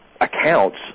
accounts